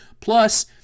Plus